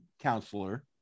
counselor